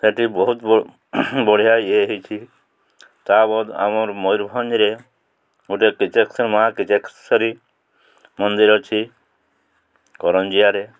ସେଇଠି ବହୁତ ବଢ଼ିଆ ଇଏ ହେଇଛି ତା ବାଦ୍ ଆମର ମୟୂରଭଞ୍ଜରେ ଗୋଟେ କିଚେକ୍ ମା କିଚେକଶ୍ୱରୀ ମନ୍ଦିର ଅଛି କରଞ୍ଜିଆରେ